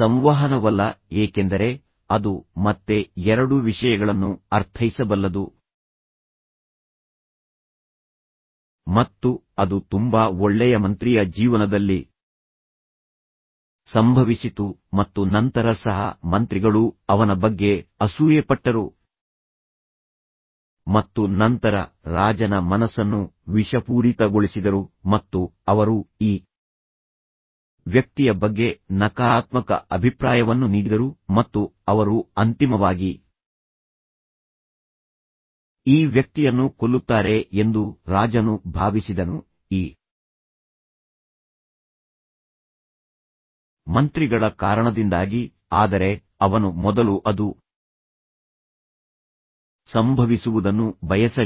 ಸಂವಹನವಲ್ಲ ಏಕೆಂದರೆ ಅದು ಮತ್ತೆ ಎರಡು ವಿಷಯಗಳನ್ನು ಅರ್ಥೈಸಬಲ್ಲದು ಮತ್ತು ಅದು ತುಂಬಾ ಒಳ್ಳೆಯ ಮಂತ್ರಿಯ ಜೀವನದಲ್ಲಿ ಸಂಭವಿಸಿತು ಮತ್ತು ನಂತರ ಸಹ ಮಂತ್ರಿಗಳು ಅವನ ಬಗ್ಗೆ ಅಸೂಯೆ ಪಟ್ಟರು ಮತ್ತು ನಂತರ ರಾಜನ ಮನಸ್ಸನ್ನು ವಿಷಪೂರಿತಗೊಳಿಸಿದರು ಮತ್ತು ಅವರು ಈ ವ್ಯಕ್ತಿಯ ಬಗ್ಗೆ ನಕಾರಾತ್ಮಕ ಅಭಿಪ್ರಾಯವನ್ನು ನೀಡಿದರು ಮತ್ತು ಅವರು ಅಂತಿಮವಾಗಿ ಈ ವ್ಯಕ್ತಿಯನ್ನು ಕೊಲ್ಲುತ್ತಾರೆ ಎಂದು ರಾಜನು ಭಾವಿಸಿದನು ಈ ಮಂತ್ರಿಗಳ ಕಾರಣದಿಂದಾಗಿ ಆದರೆ ಅವನು ಮೊದಲು ಅದು ಸಂಭವಿಸುವುದನ್ನು ಬಯಸಲಿಲ್ಲ